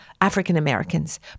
African-Americans